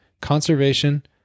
conservation